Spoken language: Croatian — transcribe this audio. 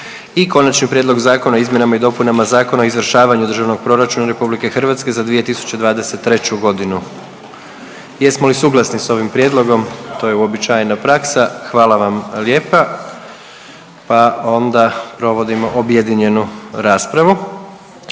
i Konačni prijedlog zakona o izmjenama i dopunama Zakona o izvršavanju Državnog proračuna Republike Hrvatske za 2023. godinu. Jesmo li suglasni s ovim prijedlogom? To je uobičajena praksa. Hvala vam lijepa pa onda provodimo objedinjenu raspravu.